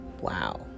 wow